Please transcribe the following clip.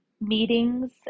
meetings